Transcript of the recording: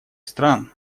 сторон